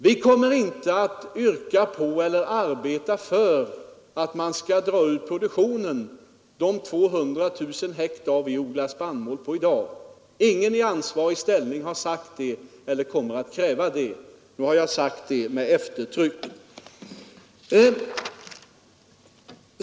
Vi kommer inte att yrka på eller arbeta för att man skall dra ur produktionen de 200 000 hektar vi i dag odlar överskottsspannmål på. Ingen i ansvarig ställning har sagt det eller kommer att kräva det. Nu har jag sagt det med eftertryck.